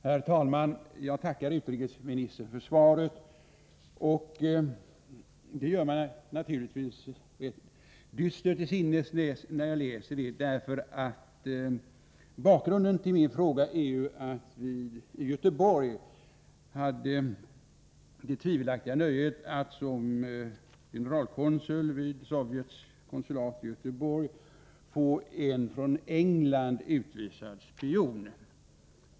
Herr talman! Jag tackar utrikesministern för svaret. Läsningen av det gör mig naturligtvis rätt dyster till sinnes, därför att bakgrunden till min fråga är att vi i Göteborg hade det tvivelaktiga nöjet att som generalkonsul vid Sovjets konsulat få en från England utvisad spion.